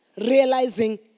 realizing